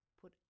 put